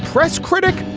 press critic